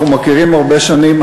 אנחנו מכירים הרבה שנים,